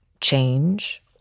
change